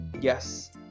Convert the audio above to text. Yes